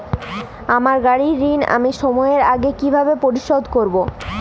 আমার গাড়ির ঋণ আমি সময়ের আগে কিভাবে পরিশোধ করবো?